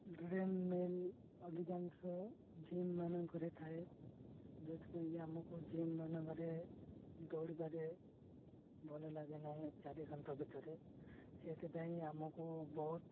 drain meal ଅଧିକାଂଶ gym ମାନଙ୍କରେ ଥାଏ ଯେଉଁଥିପାଇଁ କିି ଆମକୁ ଜିମ୍ ମାନଙ୍କରେ ଦୌଡ଼ିବାରେ ଭଲ ଲାଗେ ନାହିଁ ଚାରି କାନ୍ଥ ଭିତରେ ସେଇଥିପାଇଁ ଆମକୁ ବହୁତ